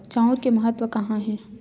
चांउर के महत्व कहां हे?